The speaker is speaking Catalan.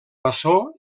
maçó